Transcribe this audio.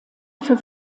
für